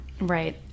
right